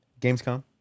Gamescom